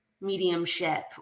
mediumship